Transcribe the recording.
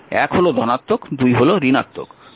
1 হল ধনাত্মক 2 হল ঋণাত্মক